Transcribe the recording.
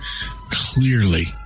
clearly